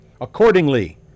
Accordingly